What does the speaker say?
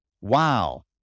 Wow